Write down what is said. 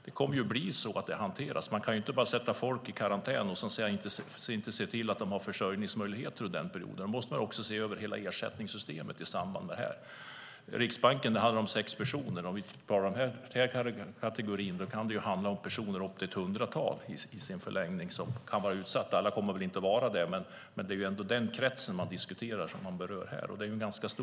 Det kommer att hanteras så. Man kan inte bara sätta folk i karantän utan att se till att de har försörjningsmöjligheter under den perioden. Man måste se över hela ersättningssystemet i samband med det. I Riksbanken handlar det om sex personer. I den här kategorin kan det handla om upp till ett hundratal personer som är utsatta. Alla kommer inte att vara det, men det är ändå den kretsen som berörs och som diskuteras här.